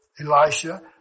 Elisha